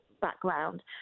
background